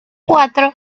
cuatro